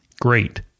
great